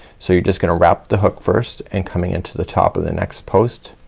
so you're just gonna wrap the hook first and coming in to the top of the next post.